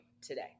today